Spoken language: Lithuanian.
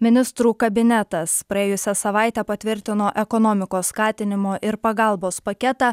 ministrų kabinetas praėjusią savaitę patvirtino ekonomikos skatinimo ir pagalbos paketą